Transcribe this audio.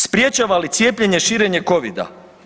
Sprječava li cijepljenje širenje COVID-a?